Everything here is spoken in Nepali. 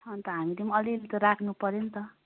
अन्त हामीले पनि अलिअलि त राख्नु पऱ्यो नि त